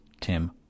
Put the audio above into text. Tim